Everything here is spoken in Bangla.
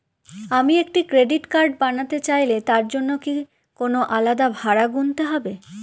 আমি একটি ক্রেডিট কার্ড বানাতে চাইলে তার জন্য কি কোনো আলাদা ভাড়া গুনতে হবে?